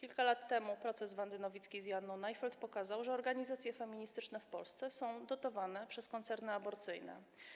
Kilka lat temu proces Wandy Nowickiej z Joanną Najfeld pokazał, że organizacje feministyczne w Polsce są dotowane przez koncerny aborcyjne.